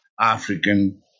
African